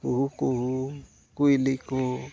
ᱠᱩᱦᱩ ᱠᱩᱦᱩ ᱠᱩᱭᱞᱤ ᱠᱚ ᱦᱚᱸ